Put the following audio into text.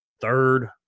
third